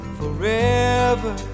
forever